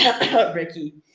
Ricky